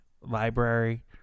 library